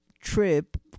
trip